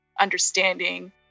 understanding